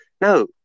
No